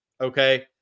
okay